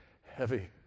heavy